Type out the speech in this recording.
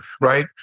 Right